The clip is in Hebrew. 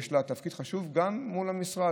יש לה תפקיד חשוב גם מול המשרד.